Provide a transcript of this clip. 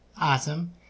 Awesome